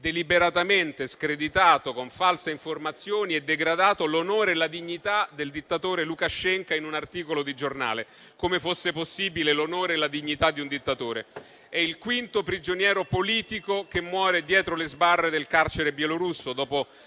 deliberatamente screditato con false informazioni e degradato l'onore e la dignità del dittatore Lukashenko in un articolo di giornale. Come se fosse possibile l'onore e la dignità di un dittatore. Si tratta del quinto prigioniero politico che muore dietro le sbarre del carcere bielorusso, dopo